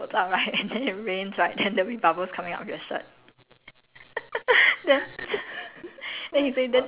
I cannot stop laughing um ya then he was like if you if you wear that clothes out right then it rains right then there'll be bubbles coming out of your shirt